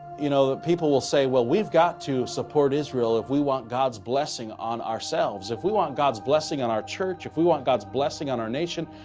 you know people will say, well, we have got to support israel if we want god's blessing on ourselves, if we want god's blessing on our church, if we want god's blessing on our nation,